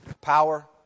Power